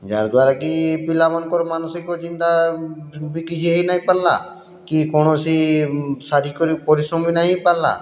ଯାହାର୍ ଦ୍ଵାରା କି ପିଲାମାନଙ୍କର ମାନସିକ ଚିନ୍ତା ବିକଶିତ ନାଇଁ ହେଇ ପାର୍ଲା କି କୌଣସି ଶାରୀରିକ୍ ପରିଶ୍ରମ ବି ନାଇଁ ହେଇ ପାର୍ଲା